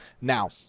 Now